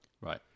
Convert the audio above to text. Right